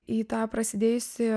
į tą prasidėjusį